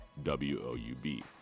WOUB